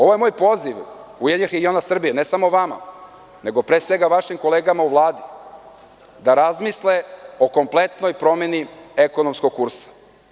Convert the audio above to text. Ovo je moj poziv URS ne samo vama, nego pre svega vašim kolegama u Vladi da razmisle o kompletnoj promeni ekonomskog kursa.